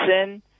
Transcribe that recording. sin